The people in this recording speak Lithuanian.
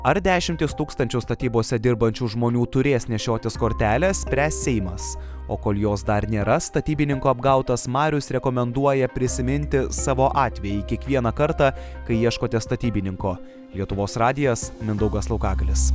ar dešimtys tūkstančių statybose dirbančių žmonių turės nešiotis kortelę spręs seimas o kol jos dar nėra statybininkų apgautas marius rekomenduoja prisiminti savo atvejį kiekvieną kartą kai ieškote statybininko lietuvos radijas mindaugas laukagalis